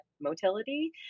motility